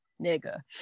nigga